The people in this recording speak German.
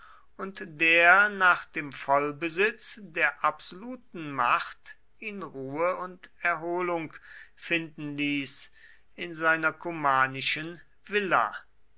und der nach dem vollbesitz der absoluten macht ihn ruhe und erholung finden ließ in seiner cumanischen villa